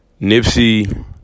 Nipsey